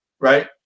right